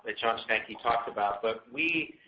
ah john stankey talked about but we,